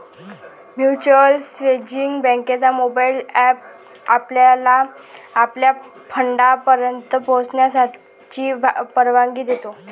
mutual savings बँकेचा mobile app आपल्याला आपल्या फंडापर्यंत पोहोचण्याची परवानगी देतो